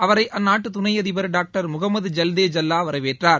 அவரை அந்நாட்டுத் துணை அதிபர் டாக்டர் முகமது ஜல்தே ஜல்லா வரவேற்றார்